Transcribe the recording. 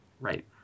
Right